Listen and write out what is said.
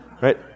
Right